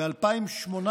ב-2018